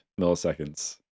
milliseconds